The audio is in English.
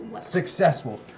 successful